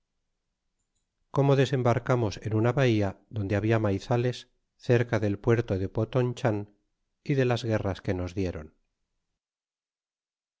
como desembarcamos en una bahía donde habla maizales cerca del puerto de potoneban y de las guerras que nos diérom